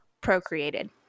procreated